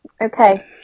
Okay